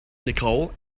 nicole